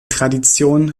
tradition